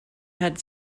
had